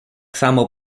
samo